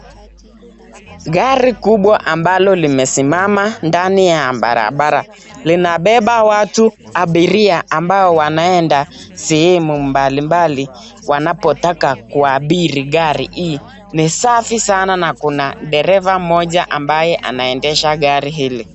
Gari kubwa ambalo limesimama ndani ya barabara, linabeba watu abiria ambao wanaenda sehemu mbalimbali wanapotaka kuabiri gari hii. Ni safi sana na kuna dereva mmoja ambaye anaendesha gari hili.